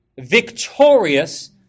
victorious